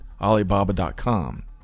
Alibaba.com